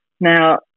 Now